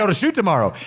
ah shoot tomorrow.